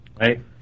Right